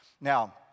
Now